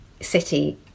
city